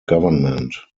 government